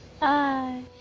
Bye